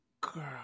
Girl